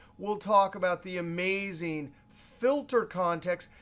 we'll talk about the amazing filter context,